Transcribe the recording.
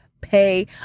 Pay